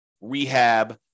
rehab